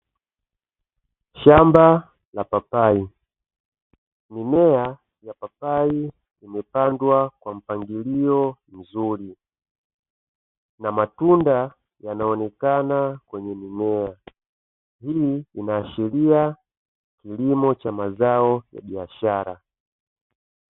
Shamba la papai. Mimea ya papai imepandwa kwa mpangilio mzuri na matunda yanaonekana kwenye mimea. Hii inaashiria kilimo cha mazao ya biashara.